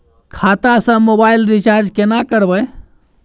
खाता स mobile recharge केना करबे?